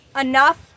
enough